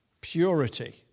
Purity